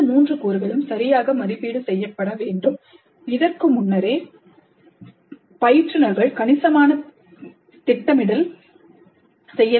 இந்த மூன்று கூறுகளும் சரியாக மதிப்பீடு செய்யப்பட வேண்டும் இதற்கு முன்னரே பயிற்றுநர்கள் கணிசமான திட்டமிடல் தேவை